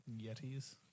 yetis